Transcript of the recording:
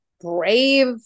brave